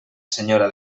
senyora